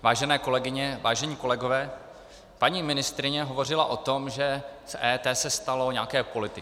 Vážené kolegyně, vážení kolegové, paní ministryně hovořila o tom, že z EET se stalo nějaké politikum.